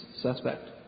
suspect